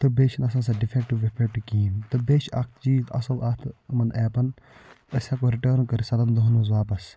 تہٕ بیٚیہِ چھَنہٕ آسان سۄ ڈِفیٚکٹِو وِفیٚکٹِو کِہیٖنۍ تہٕ بیٚیہِ چھُ اکھ چیٖز اصٕل اَتھ یِمَن ایپَن أسۍ ہیٚکو رِٹٲرٕن کٔرِتھ سَتن دۄہَن منٛز واپَس